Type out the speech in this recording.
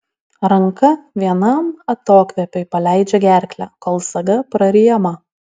ranka vienam atokvėpiui paleidžia gerklę kol saga praryjama